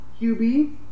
QB